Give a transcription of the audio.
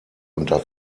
unter